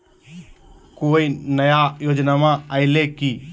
कोइ नया योजनामा आइले की?